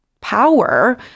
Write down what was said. power